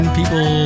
people